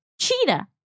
Cheetah